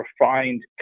refined